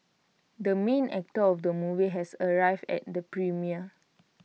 the main actor of the movie has arrived at the premiere